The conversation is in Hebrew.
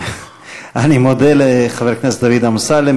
אני מודה לחבר הכנסת דוד אמסלם,